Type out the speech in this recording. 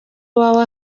iwawe